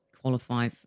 qualify